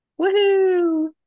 Woohoo